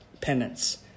penance